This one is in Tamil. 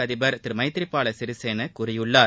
அதிபர் திரு மைத்ரி பால சிறிசேனா கூறியுள்ளார்